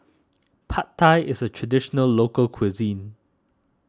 Pad Thai is a Traditional Local Cuisine